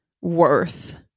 worth